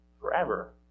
forever